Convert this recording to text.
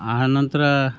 ಆ ನಂತರ